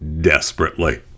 desperately